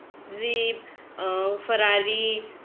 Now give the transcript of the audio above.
jeep Ferrari